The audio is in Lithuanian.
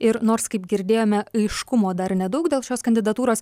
ir nors kaip girdėjome aiškumo dar nedaug dėl šios kandidatūros